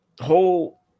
whole